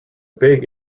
big